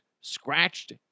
scratched